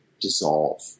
dissolve